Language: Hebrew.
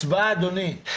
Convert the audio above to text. הצבעה, אדוני.